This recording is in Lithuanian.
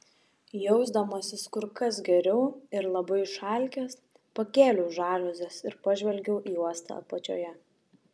jausdamasis kur kas geriau ir labai išalkęs pakėliau žaliuzes ir pažvelgiau į uostą apačioje